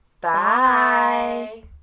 Bye